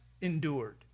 endured